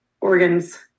organs